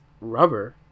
rubber